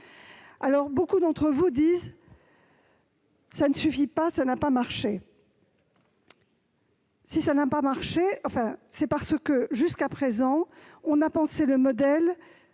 Beaucoup d'entre vous me disent que cela ne suffit pas et n'a pas marché. Mais si cela n'a pas marché, c'est parce que, jusqu'à présent, on a pensé le modèle